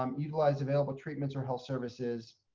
um utilize available treatments or health services,